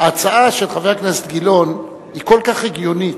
ההצעה של חבר הכנסת גילאון היא כל כך הגיונית,